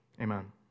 Amen